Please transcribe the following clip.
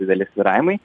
dideli svyravimai